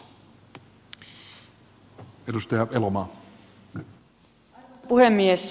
arvoisa puhemies